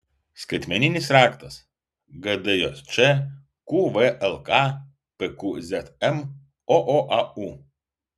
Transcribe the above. skaitmeninis raktas gdjč qvlk pqzm ooau